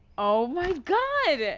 oh my god! and